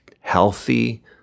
healthy